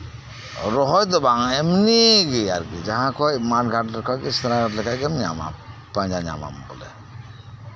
ᱨᱚᱦᱚᱭ ᱫᱚ ᱵᱟᱝ ᱮᱢᱱᱤ ᱜᱮ ᱥᱮᱸᱫᱽᱨᱟ ᱞᱮᱠᱷᱟᱱᱜᱮ ᱯᱟᱸᱡᱟ ᱧᱟᱢᱟ